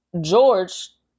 George